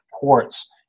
ports